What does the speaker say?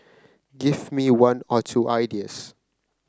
give me one or two ideas